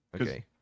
Okay